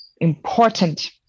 important